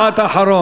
משפט אחרון.